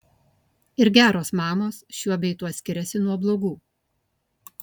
ir geros mamos šiuo bei tuo skiriasi nuo blogų